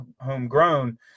homegrown